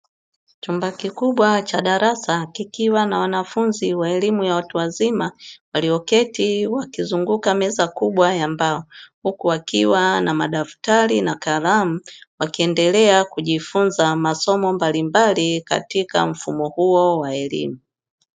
Chumba kikubwa cha darasa kikiwa na wanafunzi wa elimu ya watu wazima, walioketi wakizunguka meza kubwa ya mbao, huku wakiwa na madaftari na kalamu wakiendelea kujifunza masomo mbalimbali katika mfumo huo wa elimu.